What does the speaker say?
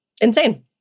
Insane